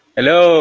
Hello